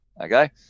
Okay